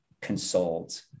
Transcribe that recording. consult